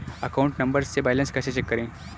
Account number से balance कैसे check करें?